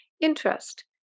Interest